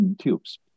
tubes